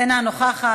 אינה נוכחת.